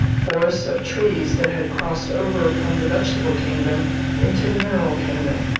forests of trees that had crossed over from the vegetable kingdom into the mineral kingdom,